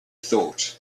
thought